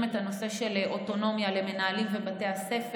את הנושא של אוטונומיה למנהלים בבתי הספר.